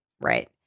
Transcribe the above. Right